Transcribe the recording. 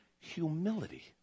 humility